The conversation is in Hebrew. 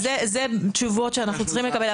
אלה תשובות שאנחנו צריכים לקבל,